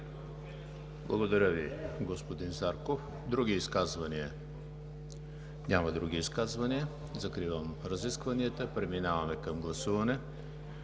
Благодаря Ви, господин Зарков. Други изказвания? Няма. Закривам разискванията. Преминаваме към гласуване.